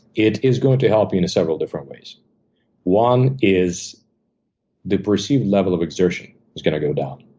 it is going to help me in several different ways one is the perceived level of exertion is gonna go down.